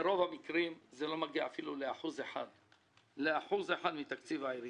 ברוב המקרים זה לא מגיע אפילו ל-1% מתקציב העירייה.